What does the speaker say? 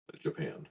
Japan